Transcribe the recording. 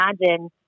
imagine